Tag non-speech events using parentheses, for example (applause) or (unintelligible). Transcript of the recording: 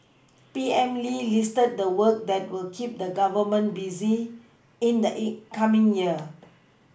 P M Lee listed the work that will keep the Government busy in the (unintelligible) coming year